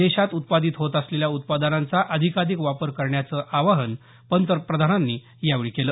देशात उत्पादित होत असलेल्या उत्पादनांचा अधिकाधिक वापर करण्याचं आवाहन पंतप्रधानांनी केलं